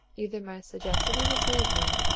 either my sagacity deceives me,